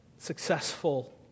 successful